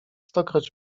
stokroć